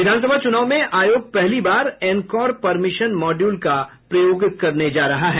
विधान सभा चुनाव में आयोग पहली बार एनकॉर परमिशन मॉड्यूल का प्रयोग करने जा रहा है